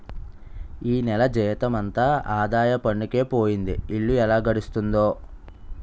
ఈ నెల జీతమంతా ఆదాయ పన్నుకే పోయింది ఇల్లు ఎలా గడుస్తుందో